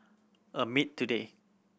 at today